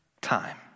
time